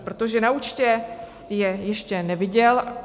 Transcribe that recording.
Protože na účtě je ještě neviděl.